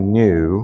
new